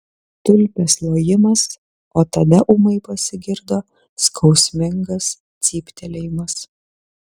tulpės lojimas o tada ūmai pasigirdo skausmingas cyptelėjimas